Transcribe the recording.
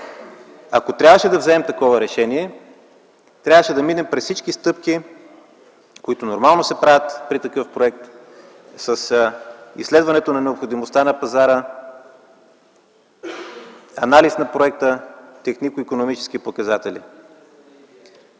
Ако трябваше да вземем такова решение, трябваше да минем през всички стъпки, които нормално се правят при такъв проект, с изследването на необходимостта на пазара, анализ на проекта, технико-икономически показатели.